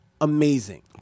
amazing